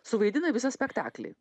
suvaidina visą spektaklį